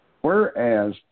Whereas